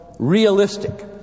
Realistic